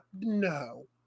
no